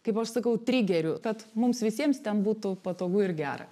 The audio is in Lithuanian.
kaip aš sakau trigerių kad mums visiems ten būtų patogu ir gera